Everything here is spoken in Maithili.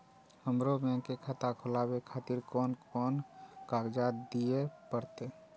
हमरो बैंक के खाता खोलाबे खातिर कोन कोन कागजात दीये परतें?